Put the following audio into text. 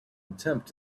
attempt